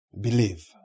Believe